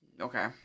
Okay